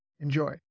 Enjoy